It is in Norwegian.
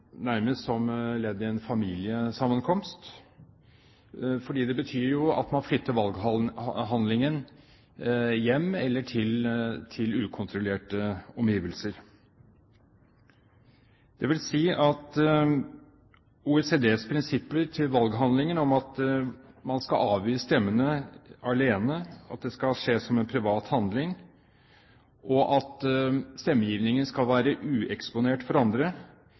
nærmest som ledd i en familiesammenkomst, betyr jo at man flytter valghandlingen hjem eller til ukontrollerte omgivelser. Det vil si at OECDs prinsipper for valghandlingen om at man skal avgi stemme alene, at det skal skje som en privat handling, og at stemmegivningen skal være ueksponert for andre,